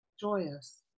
joyous